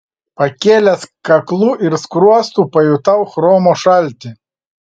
pakėlęs kaklu ir skruostu pajutau chromo šaltį